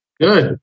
Good